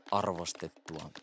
arvostettua